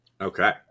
Okay